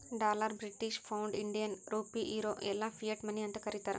dollar, British pound, Indian rupee, euro ಎಲ್ಲಾ fiat money ಅಂತ್ ಕರೀತಾರ